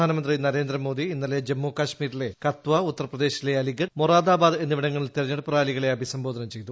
പ്രധാനമന്ത്രി നരേന്ദ്രമോദി ഇന്നലെ ജമ്മുകാശ്മീരിലെ കത്വ ഉത്തർപ്രദേശിലെ അലിഗഡ് മൊറാബാദാബാദ് എന്നിവിടങ്ങളിൽ തെരഞ്ഞെടുപ്പ് റാലികളെ അഭിസംബോധന ചെയ്തു